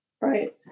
right